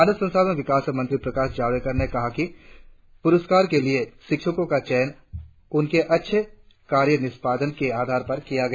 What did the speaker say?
मानव संसाधन विकास मंत्री प्रकाश जावड़ेकर ने कहा कि प्रस्कार के लिए शिक्षकों का चयन उनके अच्छे कार्य निष्पादन के आधार पर किया गया